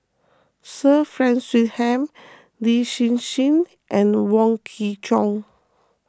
Sir Frank Swettenham Lin Hsin Hsin and Wong Kwei Cheong